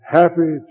happy